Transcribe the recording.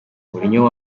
mourinho